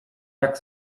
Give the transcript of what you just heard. jak